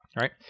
right